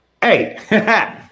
hey